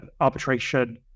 arbitration